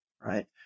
right